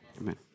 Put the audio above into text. amen